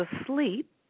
asleep